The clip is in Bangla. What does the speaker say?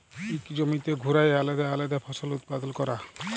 ইক জমিতে ঘুরায় আলেদা আলেদা ফসল উৎপাদল ক্যরা